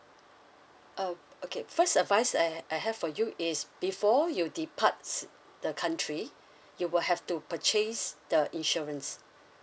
uh okay first advice I've I have for you is before you departs the country you will have to purchase the insurance